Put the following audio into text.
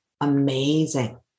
amazing